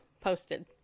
posted